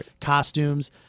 costumes